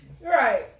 Right